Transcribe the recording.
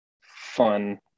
fun